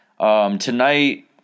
Tonight